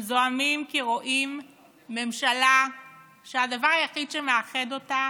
הם זועמים כי רואים ממשלה שהדבר היחיד שמאחד אותה